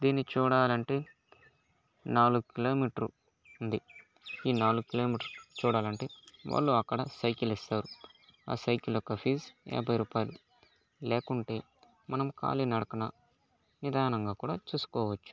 దిన్ని చూడాలంటే నాలుగు కిలోమీటరు ఉంది ఈ నాలుగు కిలోమీటరు చూడాలంటే వాళ్ళు అక్కడ సైకిల్ ఇస్తారు ఆ సైకిల్ యొక్క ఫీజ్ యాభై రూపాయిలు లేకుంటే మనం కాలి నడకన నిధానంగా కూడ చూసుకోవచ్చు